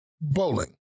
bowling